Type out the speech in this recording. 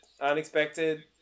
unexpected